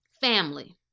family